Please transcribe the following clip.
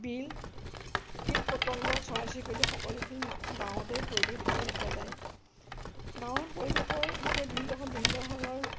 বিল কীট পতংগ চৰাই চিৰিকতি সকলোখিনি গাঁৱতেই পৰিৱেশ দেখিবলৈ পোৱা যায় গাঁৱৰ পৰিৱেশৰ বিষয়ে বিভিন্ন সময়ত বিভিন্ন ধৰণৰ